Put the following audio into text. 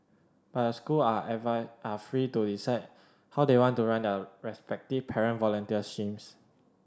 but the school are are free to decide how they want to run their respective parent volunteer schemes